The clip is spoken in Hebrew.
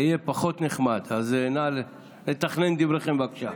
אהיה פחות נחמד, אז נא לתכנן דבריכם, בבקשה.